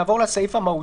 נחכה לתשובה מהכנ"ר.